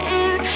air